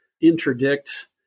interdict